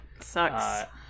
Sucks